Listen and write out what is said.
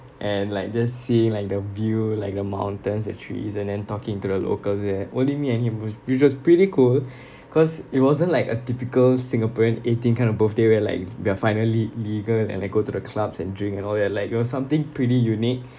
and like just seeing like the view like the mountains and trees and then talking to the locals there only me and him whi~ which was pretty cool cause it wasn't like a typical singaporean eighteenth kind of birthday where like we are finally legal and like go to the clubs and drink and all that like you know something pretty unique